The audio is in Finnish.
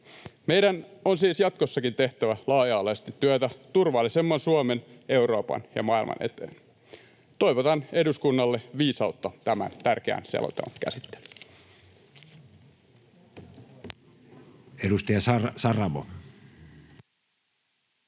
Meidän on siis jatkossakin tehtävä laaja-alaisesti työtä turvallisemman Suomen, Euroopan ja maailman eteen. Toivotan eduskunnalle viisautta tämän tärkeän selonteon käsittelyyn.